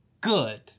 good